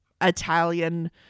Italian